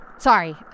Sorry